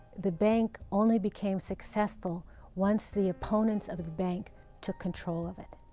the bank only became successful once the opponents of its bank took control of it.